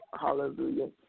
Hallelujah